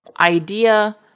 idea